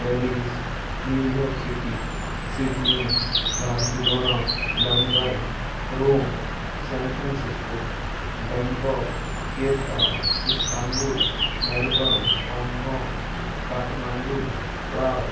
Paris New York city Sydney Barcelona London Rome San Francisco Bangkok Cape Town Istanbul Melbourne हागकाँग काटमांडू प्राग